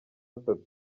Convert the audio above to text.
atatu